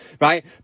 right